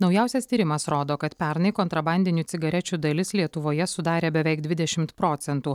naujausias tyrimas rodo kad pernai kontrabandinių cigarečių dalis lietuvoje sudarė beveik dvidešimt procentų